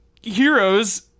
Heroes